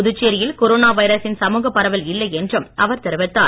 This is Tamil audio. புதுச்சேரியில் கொரோனா வைரசின் சமூகப் பரவல் இல்லை என்றும் அவர் தெரிவித்தார்